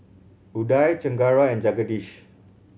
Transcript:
Udai Chengara and Jagadish